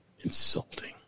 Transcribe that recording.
insulting